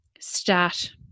Start